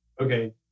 Okay